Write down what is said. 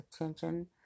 attention